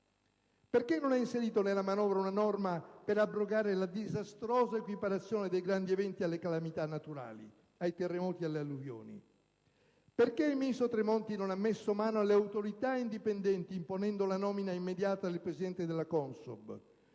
Perché non ha inserito nella manovra una norma per abrogare la disastrosa equiparazione dei grandi eventi alle calamità naturali, ai terremoti e alle alluvioni? Perché il ministro Tremonti non ha messo mano alle Autorità indipendenti, imponendo la nomina immediata del presidente della CONSOB